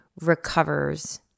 recovers